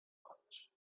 march